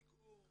פיגור,